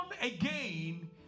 again